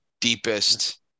deepest